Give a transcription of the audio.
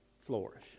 flourish